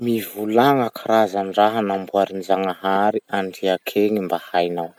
Mivolagna karazan-draha namboarin-janahary andriaky egny mba hainao.